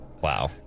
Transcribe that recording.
Wow